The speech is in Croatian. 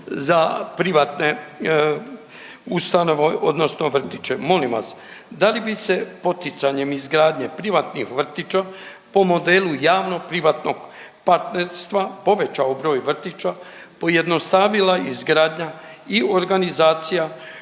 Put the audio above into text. za privatne ustanove odnosno vrtiće. Molim vas da li bi se poticanjem izgradnje privatnih vrtića po modelu javno-privatnog partnerstva povećao broj vrtića, pojednostavila izgradnja i organizacija